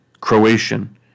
Croatian